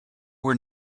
were